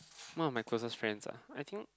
one of my closest friends ah I think